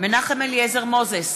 מנחם אליעזר מוזס,